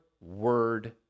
word